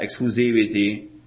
exclusivity